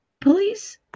police